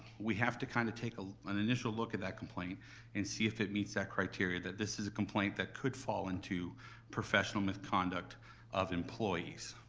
we have to kind of take a an initial look at that complaint and see if it meets that criteria that this is a complaint that could fall into professional misconduct of employees.